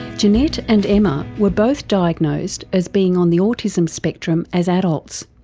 jeanette and emma were both diagnosed as being on the autism spectrum as adults,